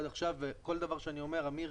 אמיר,